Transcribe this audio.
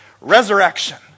Resurrection